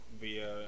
via